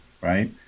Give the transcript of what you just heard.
right